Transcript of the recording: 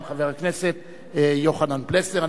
חבר הכנסת יוחנן פלסנר.